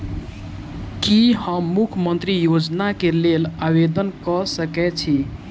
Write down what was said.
की हम मुख्यमंत्री योजना केँ लेल आवेदन कऽ सकैत छी?